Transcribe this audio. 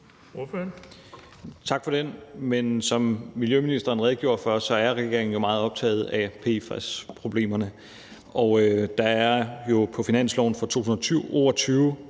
Tak for det. Men som miljøministeren redegjorde for, er regeringen meget optaget af PFAS-problemerne, og der er jo på finansloven for 2022 blevet